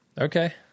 Okay